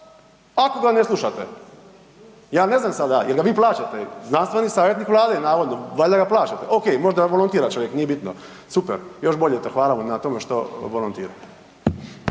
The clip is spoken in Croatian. ako ga ne slušate? Ja ne znam sada, jel ga vi plaćate? Znanstveni savjetnik Vlade navodno, valjda ga plaćate. Ok, možda volontira čovjek nije bitno, super još bolje, eto hvala vam na tom što volontira.